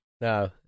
no